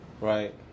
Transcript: Right